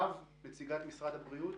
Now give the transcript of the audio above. עד שנעלה את נציגת מרכז הבריאות,